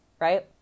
right